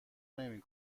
نمی